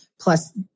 plus